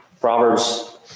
Proverbs